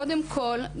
קודם כל,